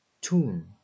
Tune